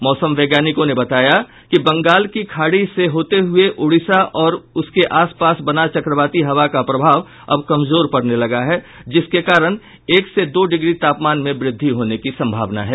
मौसम वैज्ञानिकों ने बताया कि बंगाल की खाड़ी से होते हुये ओडिशा और उसके आसपास बना चक्रवाती हवा का प्रभाव अब कमजोर पड़ने लगा है जिसके कारण एक से दो डिग्री तापमान में वृद्धि होने की संभावना है